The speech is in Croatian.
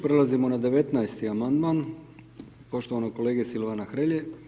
Prelazimo na 19. amandman, poštovanog kolege Silvana Hrelje.